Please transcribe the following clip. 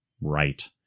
Right